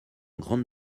grande